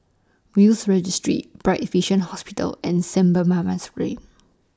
Will's Registry Bright Vision Hospital and Saint Barnabas Ray